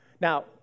Now